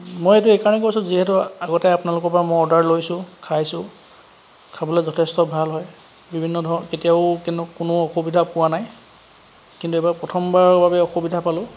মই এইটো এইকাৰণে কৈছোঁ যিহেতু আগতে আপোনালোকৰ পৰা মই অৰ্ডাৰ লৈছোঁ খাইছোঁ খাবলৈ যথেষ্ট ভাল হয় বিভিন্ন ধ কেতিয়াও কোনো অসুবিধা পোৱা নাই কিন্তু এইবাৰ প্ৰথমবাৰৰ বাবে অসুবিধা পালোঁ